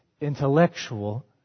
intellectual